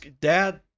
dad